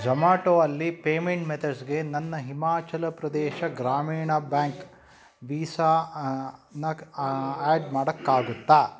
ಜೊಮ್ಯಾಟೊ ಅಲ್ಲಿ ಪೇಮೆಂಟ್ ಮೆಥಡ್ಸ್ಗೆ ನನ್ನ ಹಿಮಾಚಲ್ ಪ್ರದೇಶ್ ಗ್ರಾಮೀಣ್ ಬ್ಯಾಂಕ್ ವೀಸಾನ ಆಡ್ ಮಾಡೋಕ್ಕಾಗುತ್ತಾ